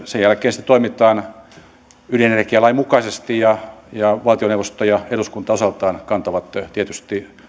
sen jälkeen sitten toimitaan ydin energialain mukaisesti ja ja valtioneuvosto ja eduskunta osaltaan kantavat tietysti